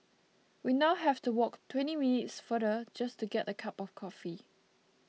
we now have to walk twenty minutes farther just to get a cup of coffee